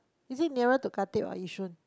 is it nearer to Khatib or Yishun